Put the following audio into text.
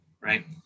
right